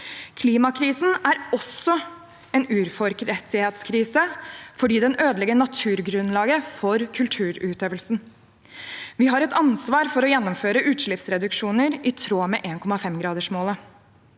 Klimakrisen er også en urfolkrettighetskrise fordi den ødelegger naturgrunnlaget for kulturutøvelsen. Vi har et ansvar for å gjennomføre utslippsreduksjoner i tråd med 1,5-gradersmålet.